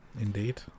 Indeed